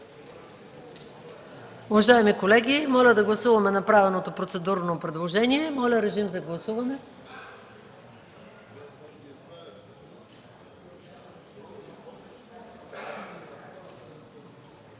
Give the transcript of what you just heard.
Уважаеми колеги, моля да гласуваме направеното процедурно предложение. Гласували